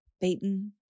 beaten